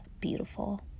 beautiful